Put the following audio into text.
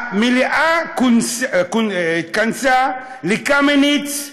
המליאה התכנסה לקמיניץ,